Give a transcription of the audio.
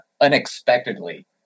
unexpectedly